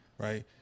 Right